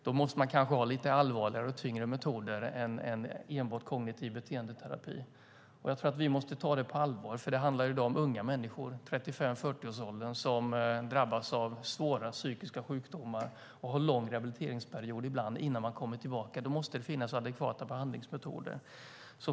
Då måste man kanske ha lite allvarligare och tyngre metoder än enbart kognitiv beteendeterapi. Vi måste ta det på allvar. Det handlar i dag om unga människor i 35-40-årsåldern som drabbas av svåra psykiska sjukdomar. De har ibland en lång rehabiliteringsperiod innan de kommer tillbaka. Då måste det finnas adekvata behandlingsmetoder.